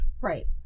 Right